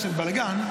כשיש בלגן,